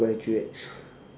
graduate